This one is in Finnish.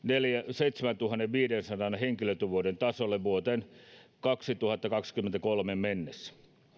seitsemäntuhannenviidensadan henkilötyövuoden tasolle vuoteen kaksituhattakaksikymmentäkolme mennessä